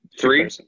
Three